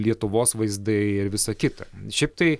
lietuvos vaizdai ir visa kita šiaip tai